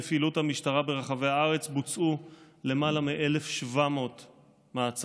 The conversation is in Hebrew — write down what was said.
בפעילות המשטרה ברחבי הארץ בוצעו למעלה מ-1,700 מעצרים.